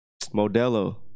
Modelo